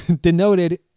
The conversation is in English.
denoted